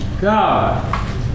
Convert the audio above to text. God